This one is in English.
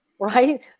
right